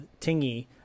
Tingy